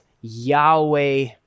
Yahweh